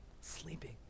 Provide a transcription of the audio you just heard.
sleeping